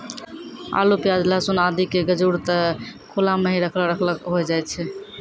आलू, प्याज, लहसून आदि के गजूर त खुला मॅ हीं रखलो रखलो होय जाय छै